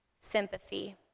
sympathy